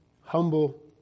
humble